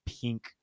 pink